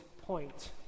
point